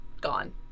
gone